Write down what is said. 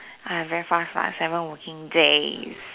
!aiya! very fast lah seven working days